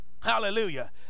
Hallelujah